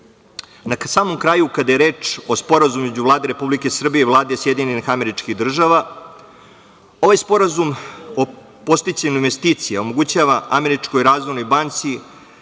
samom kraju, kada je reč o Sporazumu između Vlade Republike Srbije i Vlade Sjedinjenih Američkih Država, ovaj Sporazum o podsticaju investicija omogućava Američkoj razvojnoj banci